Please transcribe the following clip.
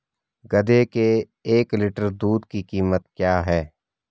गधे के एक लीटर दूध की कीमत क्या है?